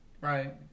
right